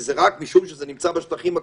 זה רק משום שזה נמצא בשטחים הכבושים,